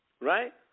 right